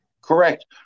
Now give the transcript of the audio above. Correct